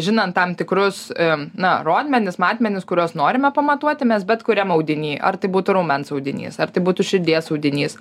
žinant tam tikrus na rodmenis matmenis kuriuos norime pamatuoti mes bet kuriam audiny ar tai būtų raumens audinys ar tai būtų širdies audinys